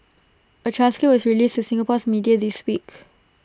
A transcript was released to Singapore's media this week